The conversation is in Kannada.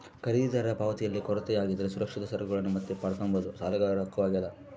ಖರೀದಿದಾರರ ಪಾವತಿಯಲ್ಲಿ ಕೊರತೆ ಆಗಿದ್ದರೆ ಸುರಕ್ಷಿತ ಸರಕುಗಳನ್ನು ಮತ್ತೆ ಪಡ್ಕಂಬದು ಸಾಲಗಾರರ ಹಕ್ಕು ಆಗ್ಯಾದ